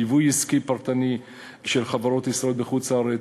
ליווי עסקי פרטני של חברות ישראליות בחוץ-לארץ,